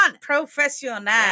Professional